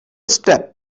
step